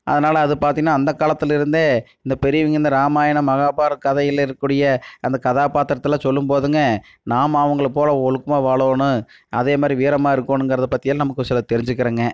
அதனால அது பார்த்தீங்ன்னா அந்த காலத்திலயிருந்தே இந்த பெரியவங்க இந்த ராமாயணம் மகாபாரதம் கதையில் இருக்கக்கூடிய அந்த கதாபாத்திரத்தலாம் சொல்லும்போதுங்க நாம் அவங்கள போல ஒழுக்கமாக வாழணும் அதேமாதிரி வீரமாக இருக்கணுங்குறத பற்றியெல்லாம் நமக்கு சிலது தெரிஞ்சிக்கிறோங்க